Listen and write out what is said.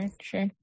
sure